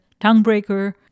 Tonguebreaker